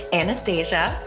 anastasia